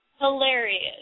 hilarious